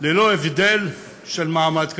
ללא הבדל של מעמד כלכלי,